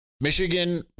Michigan